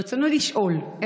רצוני לשאול: